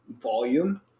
volume